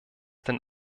den